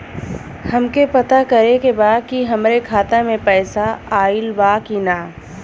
हमके पता करे के बा कि हमरे खाता में पैसा ऑइल बा कि ना?